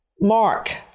Mark